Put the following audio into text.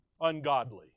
ungodly